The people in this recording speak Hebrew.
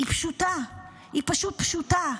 היא פשוטה, היא פשוט פשוטה,